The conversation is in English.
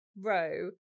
row